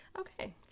Okay